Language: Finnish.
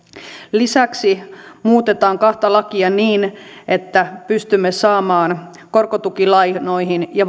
lisäksi muutetaan kahta lakia niin että pystymme saamaan korkotukilainojen ja